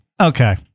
Okay